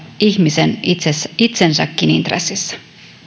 ihmisen itsensäkin intressissä